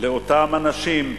לאותם אנשים,